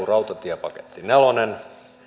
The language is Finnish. rautatiepaketti nelonen